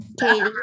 Katie